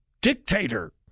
dictator